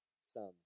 sons